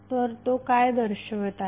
आणि तो काय दर्शवत आहे